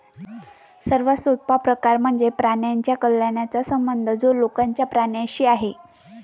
सर्वात सोपा प्रकार म्हणजे प्राण्यांच्या कल्याणाचा संबंध जो लोकांचा प्राण्यांशी आहे